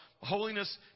holiness